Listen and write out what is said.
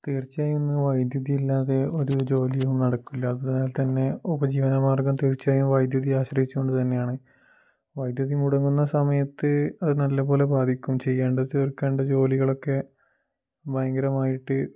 തീർച്ചയായും ഇന്ന് വൈദ്യുതി ഇല്ലാതെ ഒരു ജോലിയും നടക്കില്ലാത്തതിനാൽ തന്നെ ഉപജീവനമാർഗ്ഗം തീർച്ചയായും വൈദ്യുതിയെ ആശ്രയിച്ചു കൊണ്ട് തന്നെയാണ് വൈദ്യുതി മുടങ്ങുന്ന സമയത്ത് അത് നല്ല പോലെ ബാധിക്കും ചെയ്യേണ്ട തീർക്കേണ്ട ജോലികളൊക്കെ ഭയങ്കരമായിട്ട്